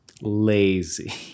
lazy